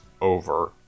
over